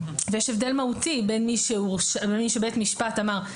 ויש הבדל מהותי בין מי שבית משפט אחר,